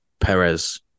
Perez